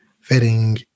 fitting